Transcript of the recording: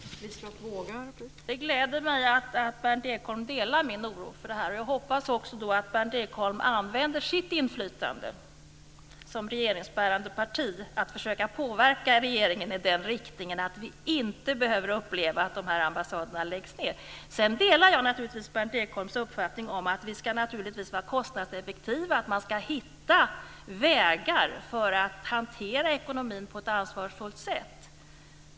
Fru talman! Det gläder mig att Berndt Ekholm delar min oro för detta. Jag hoppas också att Berndt Ekholm använder sitt inflytande som regeringsbärande parti för att försöka påverka regeringen i den riktningen att vi inte behöver uppleva att de här ambassaderna läggs ned. Sedan delar jag naturligtvis Berndt Ekholms uppfattning att vi ska vara kostnadseffektiva. Man ska hitta vägar för att hantera ekonomin på ett ansvarsfullt sätt.